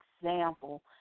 example